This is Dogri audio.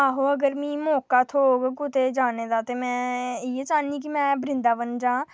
आहो अगर मिगी मौका थ्होग कुतै जाने दा ते में इ'यै चाह्न्नी कि में बृन्दाबन जां